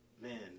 Man